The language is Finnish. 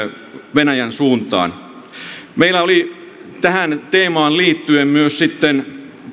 venäjän suuntaan meillä oli tähän teemaan liittyen myös sitten